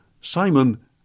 Simon